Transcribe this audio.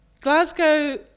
Glasgow